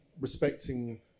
respecting